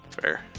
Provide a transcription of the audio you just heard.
Fair